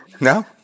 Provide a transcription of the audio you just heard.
No